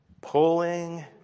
Pulling